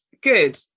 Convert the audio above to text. Good